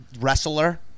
wrestler